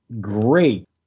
great